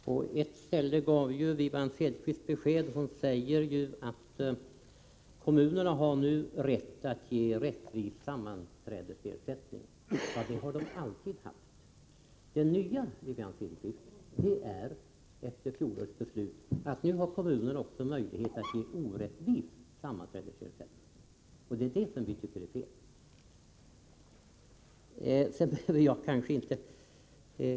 Herr talman! På ett ställe gav Wivi-Anne Cederqvist besked. Hon sade att kommunerna nu har rätt att ge rättvis sammanträdesersättning. Men det har de alltid haft. Det nya, Wivi-Anne Cederqvist, är att kommunerna efter fjolårets beslut nu har möjlighet att ge orättvis sammanträdesersättning. Det tycker vi är fel.